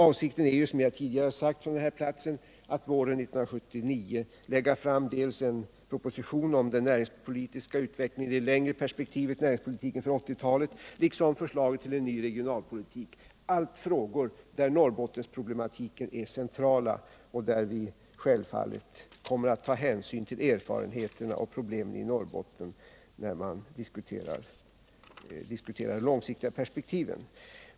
Avsikten är, Som jag tidigare sagt från denna talarstol, att våren 1979 lägga fram dels en proposition om den näringspolitiska utvecklingen i det längre perspektivet, näringspotitiken för 1980-talet, dels förslag till en regionalpolitik — allt frågor där Norrbottensproblematiken är det centrala och där vi självfallet kommer att ta hänsyn till erfarenheter och problem i Norrbotten när vi diskuterar de långsiktiga perspektiven.